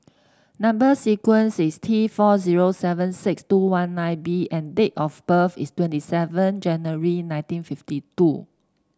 number sequence is T four zero seven six two one nine B and date of birth is twenty seven January nineteen fifty two